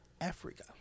africa